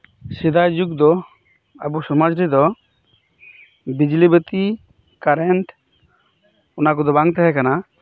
ᱥᱮᱫᱟᱭ ᱡᱩᱜ ᱫᱚ ᱟᱵᱚ ᱥᱚᱢᱟᱡ ᱨᱮᱫᱚ ᱵᱤᱡᱽᱞᱤ ᱵᱟᱹᱛᱤ ᱠᱟᱨᱮᱱᱴ ᱚᱱᱟᱠᱚᱫᱚ ᱵᱟᱝ ᱛᱟᱦᱮᱸ ᱠᱟᱱᱟ